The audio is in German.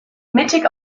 mittig